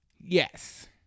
Yes